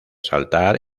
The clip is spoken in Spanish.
saltar